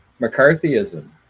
McCarthyism